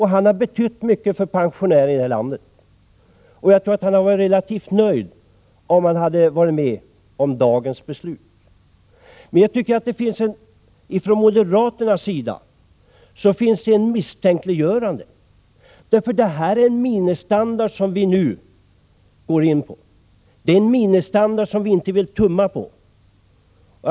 Han har betytt mycket för pensionärerna i detta land, och jag tror att han hade varit relativt nöjd om han hade varit med om dagens beslut. Det finns en misstänksamhet hos moderaterna. Riksdagen beslutar nu om en minimistandard, som vi inte vill tumma på.